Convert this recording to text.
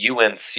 UNC